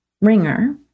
ringer